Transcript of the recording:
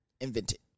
invented